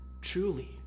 truly